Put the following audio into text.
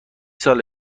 سال